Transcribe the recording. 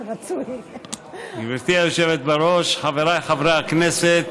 גברתי היושבת בראש, חבריי חברי הכנסת,